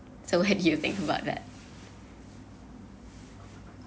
so had you think about that